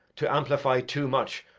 to amplify too much,